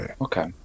okay